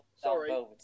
Sorry